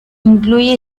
incluye